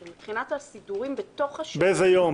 כך שמבחינת הסידורים בתוך השבוע --- באיזה יום,